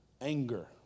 Anger